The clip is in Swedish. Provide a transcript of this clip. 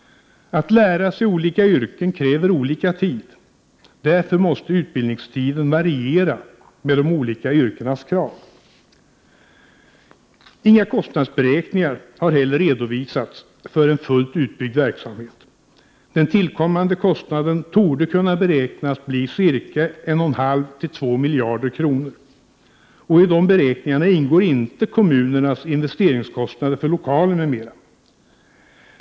Att lära sig olika yrken kräver olika lång tid. Därför måste utbildningstiden variera med de olika yrkenas kräv. Inga kostnadsberäkningar har heller redovisats för en fullt utbyggd verksamhet. Den tillkommande kostnaden torde kunna beräknas bli 1,5—2 miljarder kronor. I dessa beräkningar ingår inte kommunernas investeringskostnader för lokaler m.m.